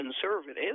conservative